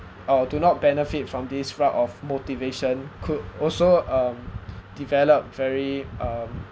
or do not benefit from this route of motivation could also um develop very um